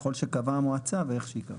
ככל שקבעה המועצה ואיך שהיא קבעה.